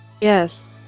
Yes